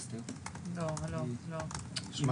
שם זה